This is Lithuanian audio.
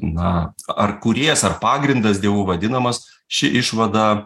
na ar kūrėjas ar pagrindas dievu vadinamas ši išvada